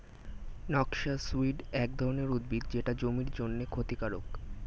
noxious weed এক ধরনের উদ্ভিদ যেটা জমির জন্যে ক্ষতিকারক